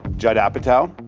judd apatow,